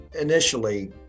initially